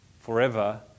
Forever